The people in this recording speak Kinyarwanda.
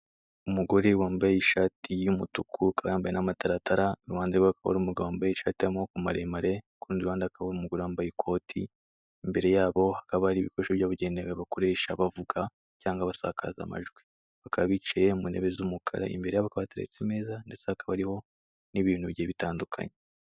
Umugore wambaye ishati y'umutuku, akaba yambaye n'amataratara, iruhande rwe hakaba hari umugabo wambaye ishati y'amaboko maremare, ku rundi ruhande hakaba hari umugore wambaye ikoti, imbere yabo hakaba hari ibikoresho byabugenewe bakoresha bavuga cyangwa basakaza amajwi. Bakaba bicaye mu ntebe z'umukara, imbere yabo hakaba hateretse ameza ndetse hakaba hariho n'ibintu bigiye bitandukanye.